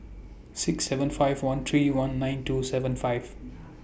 six seven five one three one nine two seven five